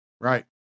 right